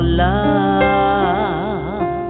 love